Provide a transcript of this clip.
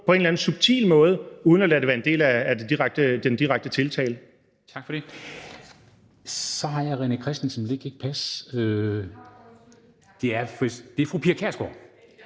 på en eller anden subtil måde uden at lade det være en del af den direkte tiltale?